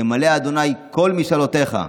ימלא יהוה כל משאלותיך.